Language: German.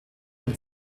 dem